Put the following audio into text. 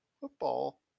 football